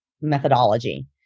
methodology